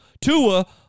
Tua